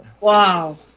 wow